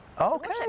Okay